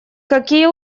какие